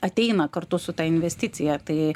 ateina kartu su ta investicija tai